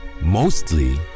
Mostly